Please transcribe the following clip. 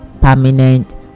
permanent